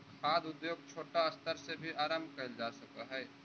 खाद्य उद्योग छोटा स्तर से भी आरंभ कैल जा सक हइ